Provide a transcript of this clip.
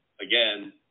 again